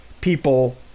people